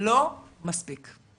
המדינה לא נותנת מספיק.